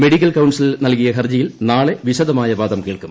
medical council നൽകിയ ഹർജിയിൽ നാളെ വിശദമായ വാദം കേൾക്കും